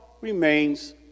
remains